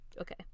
Okay